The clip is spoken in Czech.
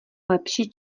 lepší